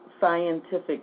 Scientific